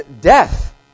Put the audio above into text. death